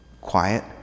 quiet